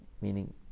meaning